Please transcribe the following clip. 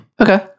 Okay